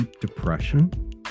depression